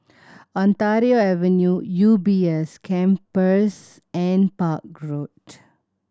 Ontario Avenue U B S Campus and Park Road